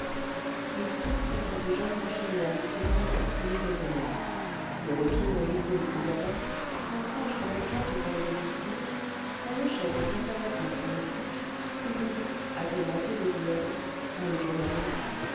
et toute sa vie déjeune bachelière depuis un an lui revenait le retour du lycée de plougadec son stage d'avocate au palais de justice son échec an conservatoire politique ses débuts agrémentés de clnels dans le jonrun